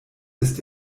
ist